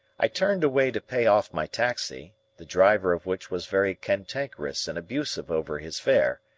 i turned away to pay off my taxi, the driver of which was very cantankerous and abusive over his fare.